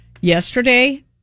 Yesterday